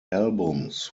albums